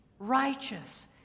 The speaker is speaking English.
Righteous